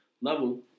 level